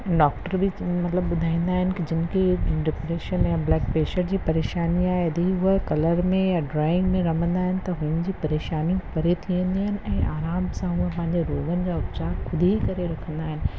doctor बि जंहिं मतिलबु ॿुधाईंदा आहिनि की जंहिं खे डिप्रेशन या ब्लड प्रेशर जी परेशानी आहे यदि उहा कलर में या ड्रॉइंग में रमंदा आहिनि त हुननि जी परेशानी परे थी वेंदियूं आहिनि ऐं आराम सां हूअ पंहिंजे रोॻनि जा उपचार ख़ुदि ई करे रखंदा आहिनि